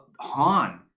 han